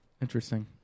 interesting